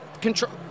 control